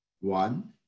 one